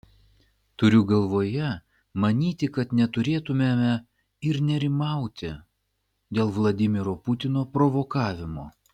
turiu galvoje manyti kad neturėtumėme ir nerimauti dėl vladimiro putino provokavimo